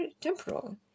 temporal